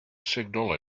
signal